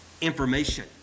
information